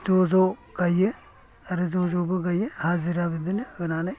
ज' ज' गायो आरो ज' ज'बो गायो हाजिरा बिदिनो होनानैै